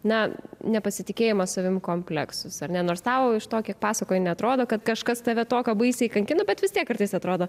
na nepasitikėjimo savim kompleksus ar ne nors tau iš to kiek pasakoji neatrodo kad kažkas tave tokio baisiai kankino bet vis tiek kartais atrodo